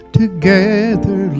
together